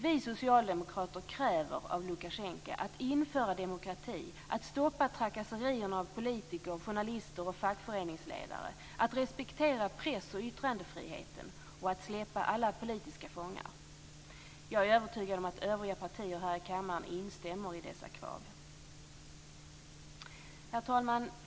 Vi socialdemokrater kräver av Lukasjenko att han inför demokrati, stoppar trakasserierna av politiker, journalister och fackföreningsledare, respekterar press och yttrandefrihet och släpper alla politiska fångar. Jag är övertygad om att övriga partier här i kammaren instämmer i dessa krav. Herr talman!